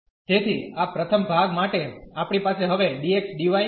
તેથી આ પ્રથમ ભાગ માટે આપણી પાસે હવે dx dy જોઈએ છે